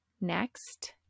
next